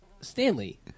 Stanley